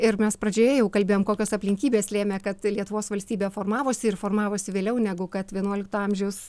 ir mes pradžioje jau kalbėjom kokios aplinkybės lėmė kad lietuvos valstybė formavosi ir formavosi vėliau negu kad vienuolikto amžiaus